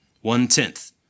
one-tenth